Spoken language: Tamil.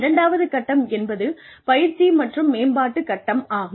இரண்டாவது கட்டம் என்பது பயிற்சி மற்றும் மேம்பாட்டுக் கட்டம் ஆகும்